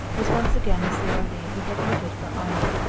was once again the sara lee who had knitted for anna,